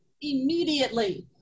Immediately